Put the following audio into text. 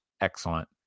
excellent